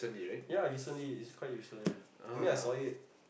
ya recently it's quite recent I mean I saw it